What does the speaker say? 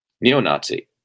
neo-Nazi